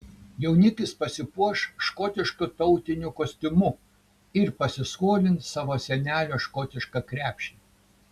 jaunikis pasipuoš škotišku tautiniu kostiumu ir pasiskolins savo senelio škotišką krepšį